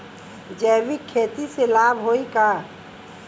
जैविक खेती से लाभ होई का?